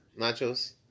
Nachos